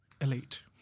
Elite